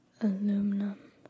aluminum